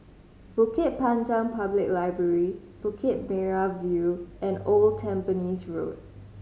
Bukit Panjang Public Library Bukit Merah View and Old Tampines Road